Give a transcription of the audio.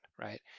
right